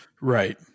Right